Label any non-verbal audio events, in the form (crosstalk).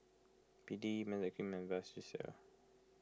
B D (unintelligible) and Vagisil